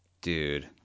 Dude